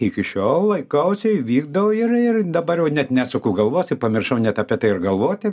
iki šiol laikausi vykdau ir ir dabar net nesuku galvos ir pamiršau net apie tai ir galvoti